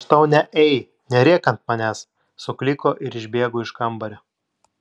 aš tau ne ei nerėk ant manęs sukliko ir išbėgo iš kambario